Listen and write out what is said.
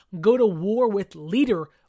go-to-war-with-leader